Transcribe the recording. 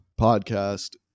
podcast